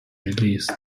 released